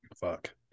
Fuck